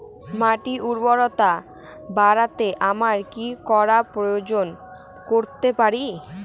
মাটির উর্বরতা বাড়াতে আমরা কি সার প্রয়োগ করতে পারি?